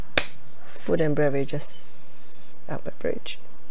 food and beverages oh beverage